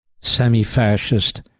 semi-fascist